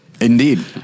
indeed